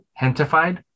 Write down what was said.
Hentified